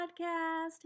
Podcast